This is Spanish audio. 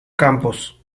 campos